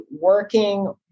working